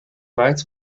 gemaakt